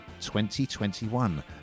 2021